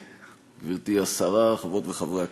גברתי השרה, חברות וחברי הכנסת,